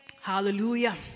hallelujah